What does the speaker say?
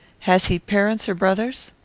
has he parents or brothers?